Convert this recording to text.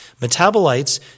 Metabolites